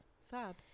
Sad